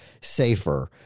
safer